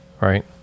right